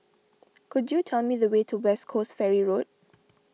could you tell me the way to West Coast Ferry Road